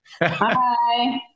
Hi